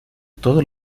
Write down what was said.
todos